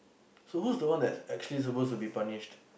so who's the one that's actually supposed to be punished